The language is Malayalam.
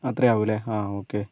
അത്രയാകും അല്ലെ ആ ഓക്കെ